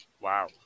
Wow